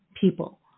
people